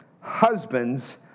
Husbands